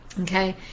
Okay